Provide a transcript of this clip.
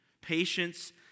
Patience